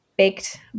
baked